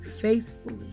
faithfully